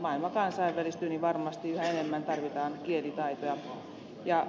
maailma kansainvälistyy ja varmasti yhä enemmän tarvitaan kielitaitoa